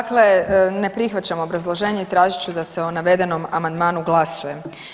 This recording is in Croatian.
Dakle, ne prihvaćam obrazloženje i tražit ću da se o navedenom amandmanu glasuje.